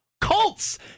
Colts